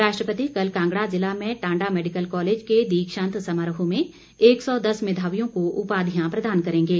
राष्ट्रपति कल कांगडा जिला में टांडा मेडिकल कॉलेज के दीक्षांत समारोह में एक सौ दस मेधावियों को उपाधियां प्रदान करेंगे